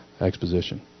exposition